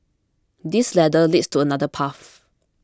this ladder leads to another path